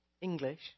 English